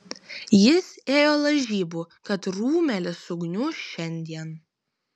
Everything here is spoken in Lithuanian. jis ėjo lažybų kad rūmelis sugniuš šiandien